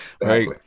right